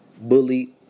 Bully